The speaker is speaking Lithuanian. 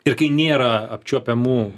ir kai nėra apčiuopiamų